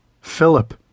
Philip